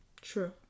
True